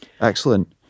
Excellent